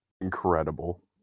incredible